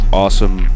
awesome